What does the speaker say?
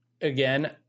again